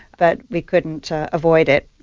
but we couldn't avoid it,